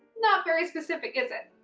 not very specific is it?